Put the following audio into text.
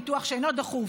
ניתוח שאינו דחוף,